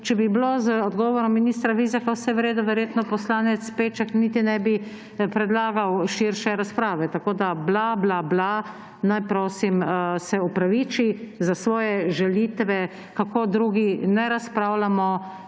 če bi bilo z odgovorom ministra Vizjaka vse v redu, verjetno poslanec Peček niti ne bi predlagal širše razprave. Tako, da bla, bla, bla, naj prosim se opraviči za svoje žalitve, kako drugi ne razpravljamo